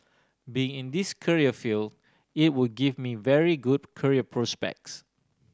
being in this career field it would give me very good career prospects